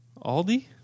Aldi